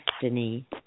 destiny